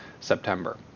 September